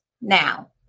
Now